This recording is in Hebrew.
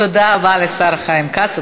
תודה רבה לשר חיים כץ.